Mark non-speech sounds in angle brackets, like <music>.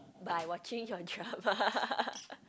but I watching your drama <laughs>